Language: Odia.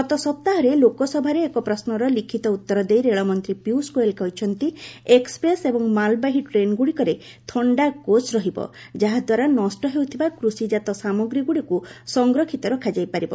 ଗତ ସପ୍ତାହରେ ଲୋକସଭାରେ ଏକ ପ୍ରଶ୍ୱର ଲିଖିତ ଉତ୍ତର ଦେଇ ରେଳମନ୍ତ୍ରୀ ପିୟୁଷ ଗୋୟେଲ୍ କହିଛନ୍ତି ଏକ୍ୱପ୍ରେସ୍ ଏବଂ ମାଲବାହୀ ଟ୍ରେନ୍ଗୁଡ଼ିକରେ ଥଶ୍ୟା କୋଚ୍ ରହିବ ଯାହାଦ୍ୱାରା ନଷ୍ଟ ହେଉଥିବା ଗୁଡ଼ିକୁ ସଂରକ୍ଷିତ ରଖାଯାଇପାରିବ